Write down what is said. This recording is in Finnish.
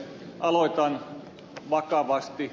aloitan vakavasti